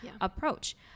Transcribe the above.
approach